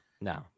no